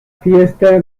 fiesta